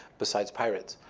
besides pirates.